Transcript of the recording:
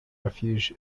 refuge